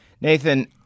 Nathan